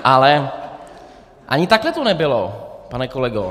Ale ani takhle to nebylo, pane kolego.